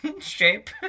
shape